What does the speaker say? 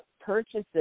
purchases